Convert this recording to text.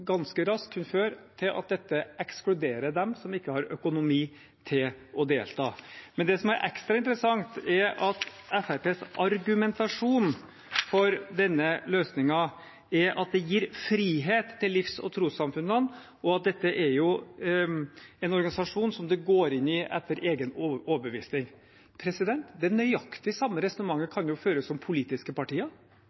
ganske raskt kunne føre til at dette ekskluderer dem som ikke har økonomi til å delta. Men det som er ekstra interessant, er at Fremskrittspartiets argumentasjon for denne løsningen er at det gir frihet til tros- og livssynssamfunnene, og at dette er en organisasjon som man går inn i etter egen overbevisning. Det nøyaktig samme resonnementet